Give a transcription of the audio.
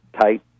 tight